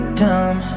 dumb